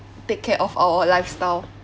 take care of our lifestyle